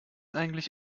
eigentlich